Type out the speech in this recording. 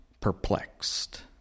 perplexed